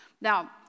Now